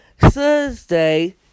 Thursday